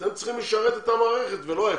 אתם צריכים לשרת את המערכת ולא ההיפך.